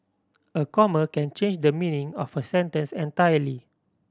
a comma can change the meaning of a sentence entirely